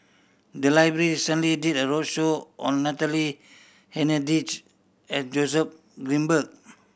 the library recently did a roadshow on Natalie Hennedige and Joseph Grimberg